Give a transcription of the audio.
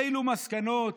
אילו מסקנות